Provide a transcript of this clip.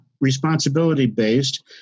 responsibility-based